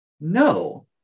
No